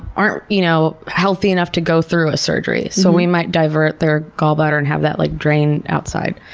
aren't you know healthy enough to go through a surgery. so we might divert their gallbladder and have that like drain outside.